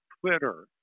Twitter